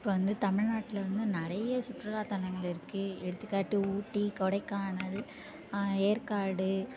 இப்போ வந்து தமிழ்நாடில் வந்து நிறைய சுற்றுலாத்தளங்கள் இருக்கு எடுத்துக்காட்டு ஊட்டி கொடைக்கானல் ஏற்காடு